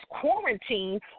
quarantine